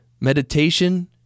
Meditation